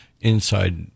inside